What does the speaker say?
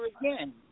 again